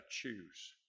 choose